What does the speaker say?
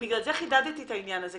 בגלל זה חידדתי את העניין הזה,